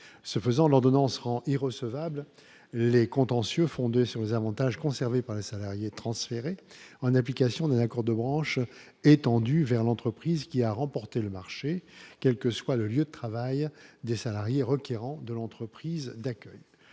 ce faisant, l'ordonnance recevable les contentieux fondé sur les avantages conservés par les salariés transférés en application de l'accord de branche et étendue vers l'entreprise qui a remporté le marché, quel que soit le lieu de travail des salariés requérant de l'entreprise d'accueil,